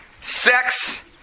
sex